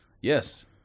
Yes